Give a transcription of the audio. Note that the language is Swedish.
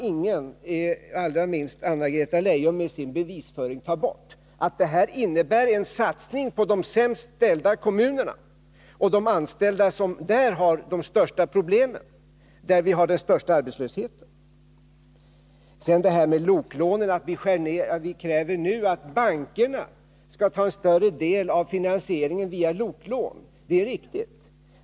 Ingen, allra minst Anna-Greta Leijon med sin bevisföring, kan förneka att detta innebär en satsning på de sämst ställda kommunerna och de anställda där som har de största problemen, och där vi har den största arbetslösheten. Sedan tog Anna-Greta Leijon upp lokaliseringslån. Hon sade att vi nu kräver att bankerna skall ta en större del av finansieringen via lokaliseringslån. Det är riktigt.